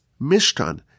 Mishkan